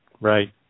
Right